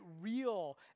real